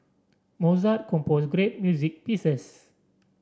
Mozart composed great music pieces